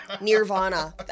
nirvana